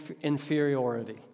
inferiority